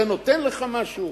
זה נותן לך משהו?